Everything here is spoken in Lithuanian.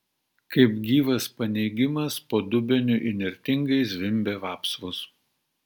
kaip gyvas paneigimas po dubeniu įnirtingai zvimbė vapsvos